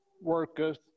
worketh